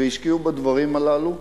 והשקיעו בדברים הללו,